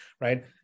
right